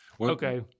okay